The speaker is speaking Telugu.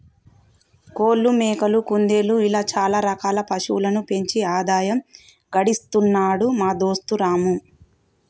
కోళ్లు మేకలు కుందేళ్లు ఇలా చాల రకాల పశువులను పెంచి ఆదాయం గడిస్తున్నాడు మా దోస్తు రాము